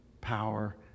power